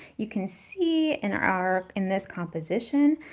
you can see in our in this composition,